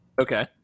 Okay